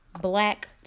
black